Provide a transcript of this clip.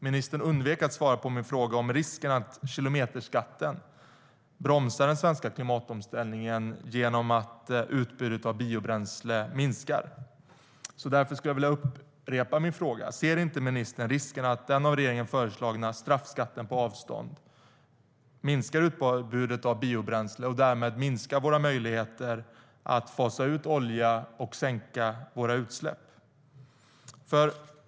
Ministern undvek att svara på min fråga om risken för att kilometerskatten bromsar den svenska klimatomställningen genom att utbudet av biobränsle minskar. Därför skulle jag vilja upprepa min fråga. Ser inte ministern risken att den av regeringen föreslagna straffskatten på avstånd minskar utbudet av biobränsle och därmed minskar våra möjligheter att fasa ut olja och sänka våra utsläpp? Herr talman!